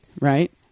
right